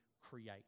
create